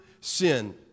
sin